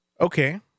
Okay